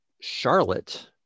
Charlotte